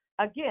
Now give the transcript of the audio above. Again